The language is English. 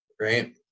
right